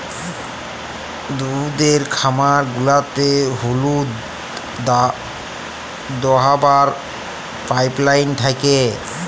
দুহুদের খামার গুলাতে দুহুদ দহাবার পাইপলাইল থ্যাকে